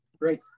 Great